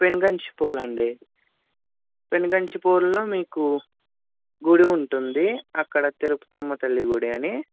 పెనుగంచిప్రోలు అండి పెనుగంచిప్రోలులో మీకు గుడి ఉంటుంది అక్కడ తిరుపతమ్మ తల్లి గుడి అని